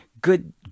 good